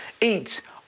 eat